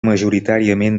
majoritàriament